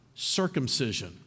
circumcision